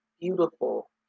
beautiful